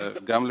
זה